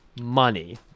money